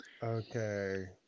Okay